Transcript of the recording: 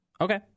Okay